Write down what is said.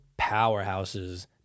powerhouses